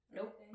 Nope